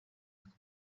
akaba